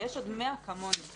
ויש עוד 100 כמונו,